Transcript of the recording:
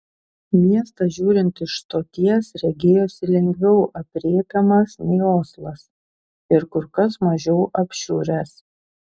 miestas žiūrint iš stoties regėjosi lengviau aprėpiamas nei oslas ir kur kas mažiau apšiuręs